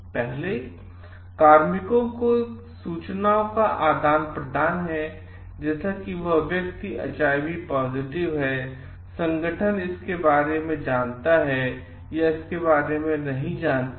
पहले कार्मिकों की सूचनाओं का आदान प्रदान है जैसे कि यह व्यक्ति एचआईवी पॉजिटिव है संगठन इसके बारे में जानता है या इसके बारे में नहीं जानता है